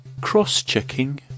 cross-checking